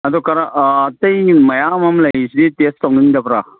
ꯑꯗꯣ ꯑꯇꯩ ꯃꯌꯥꯝ ꯑꯃ ꯂꯩꯔꯤꯁꯤ ꯇꯦꯁ ꯇꯧꯅꯤꯡꯗꯕ꯭ꯔꯥ